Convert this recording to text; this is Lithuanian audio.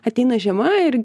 ateina žiema ir